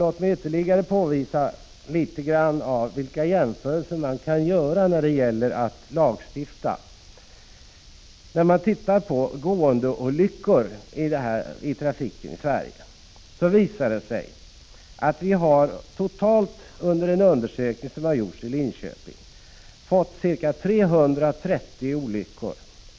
Låt mig ytterligare påvisa vilka jämförelser som man kan göra när det gäller att lagstifta. Vi kan titta på statistiken över gåendeolyckor itrafiken i Sverige. Vid en undersökning som gjordes i Linköpning visade det sig att det totalt hade skett ca 330 olyckor.